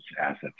assets